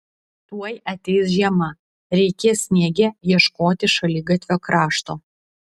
tuoj ateis žiema reikės sniege ieškoti šaligatvio krašto